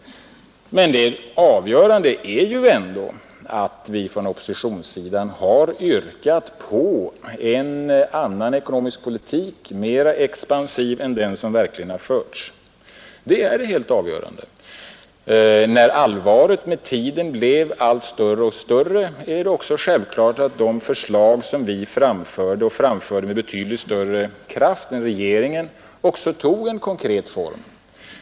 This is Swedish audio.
Men det helt avgörande är ändå att vi från oppositionssidan har yrkat på en annan ekonomisk politik, mer expansiv än den som verkligen har förts. När allvaret med tiden blev allt större är det också självklart att de förslag som vi framförde — och framförde med betydligt större kraft än regeringen — tog en konkret form.